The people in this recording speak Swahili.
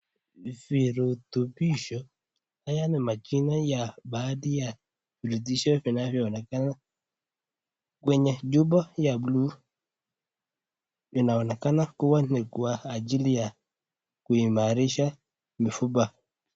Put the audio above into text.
Virutubisho, haya ni majina ya bahati ya virutubisho vinavyoonekana kwenye chupa ya buluu inaonekana kuwa ni kwa ajili ya kuimarisha mifupa.